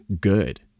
good